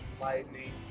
lightning